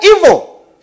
evil